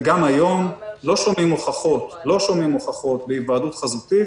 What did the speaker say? גם היום לא שומעים הוכחות בהיוועדות חזותית